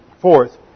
Fourth